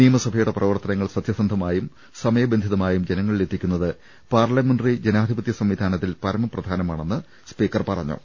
നിയമസഭയുടെ പ്രവർത്തനങ്ങൾ സത്യസന്ധമായും സമയബന്ധിതമായും ജനങ്ങളിൽഎത്തിക്കുന്നത് പാർല മെന്ററി ജനാധിപത്യസംവിധാനത്തിൽ പരമപ്രധാനമാണെന്ന് സ്പീക്കർ പറ ഞ്ഞു